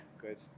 good